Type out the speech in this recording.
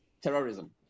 terrorism